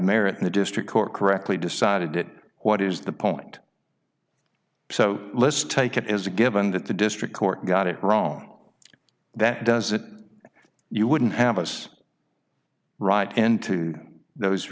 merit and the district court correctly decided it what is the point so let's take it as a given that the district court got it wrong that does it you wouldn't have us right into those